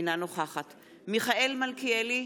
אינה נוכחת מיכאל מלכיאלי,